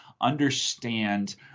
understand